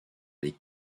les